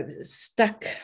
stuck